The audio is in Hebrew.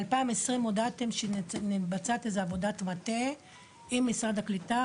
ב-2020 הודעתם שמתבצעת איזו עבודת מטה עם משרד הקלטה,